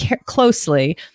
closely